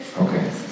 Okay